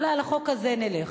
אולי על החוק הזה נלך.